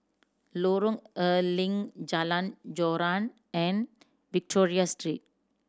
Lorong A Leng Jalan Joran and Victoria Street